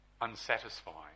unsatisfying